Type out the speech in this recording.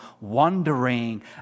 wandering